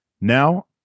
Now